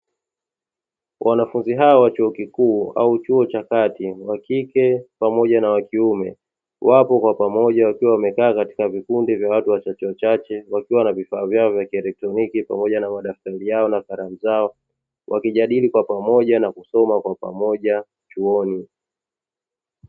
Wanafunzi hao wa chuo kikuu au chuo cha kati wa kike pamoja na wa kiume wapo kwa pamoja wakiwa wamekaa katika vikundi vya watu wachache wachache, wakiwa na vifaa vyao vya kieletroniki pamoja na madaftari yao na kalamu zao, wakijadili kwa pamoja na kusoma kwa pamoja chuoni.